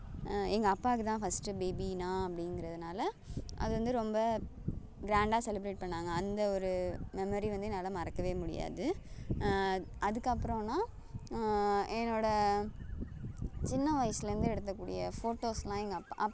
எங்கள் அப்பாவுக்கு தான் ஃபஸ்ட்டு பேபி நான் அப்படீங்கிறதுனால அது வந்து ரொம்ப க்ராண்டாக செலிபிரேட் பண்ணாங்க அந்த ஒரு மெமரி வந்து என்னால் மறக்கவே முடியாது அதுக்கப்றன்னா என்னோடய சின்ன வயசுலேருந்து எடுத்தக் கூடிய போட்டோஸ்லாம் எங்கள் அப்பா